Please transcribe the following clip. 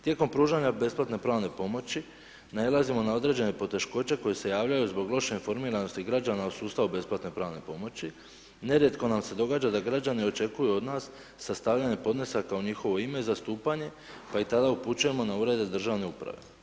Tijekom pružanja besplatne pravne pomoći, nailazimo na određen poteškoće koje se javljaju zbog loše informiranosti građana u sustavu besplatne pravne pomoći, nerijetko nam se događa da građani očekuju od nas sastavljenoj podnesaka u njihovo ime i zastupanje, pa ih tada upućujemo na urede državne uprave.